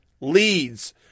leads